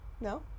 No